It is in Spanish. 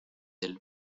del